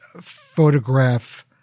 photograph